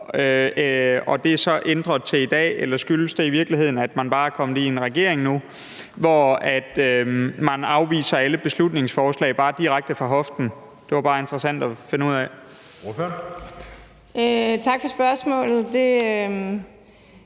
at det så er ændret i dag, eller skyldes det i virkeligheden, at man nu bare er kommet i en regering, som afviser alle beslutningsforslag direkte fra hoften? Det er det bare interessant at finde ud af. Kl.